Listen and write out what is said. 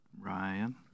Ryan